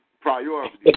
Priorities